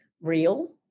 real